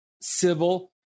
civil